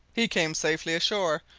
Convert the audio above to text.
he came safely ashore,